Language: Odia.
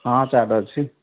ହଁ ଚାଟ୍ ଅଛି